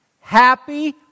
happy